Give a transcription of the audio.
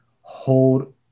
hold